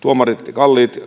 kallis